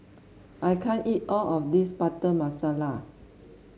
I can't eat all of this Butter Masala